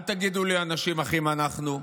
אל תגידו לי "אנשים אחים אנחנו"